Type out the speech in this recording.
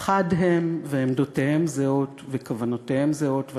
חד הם, ועמדותיהם זהות וכוונותיהם זהות, תודה רבה.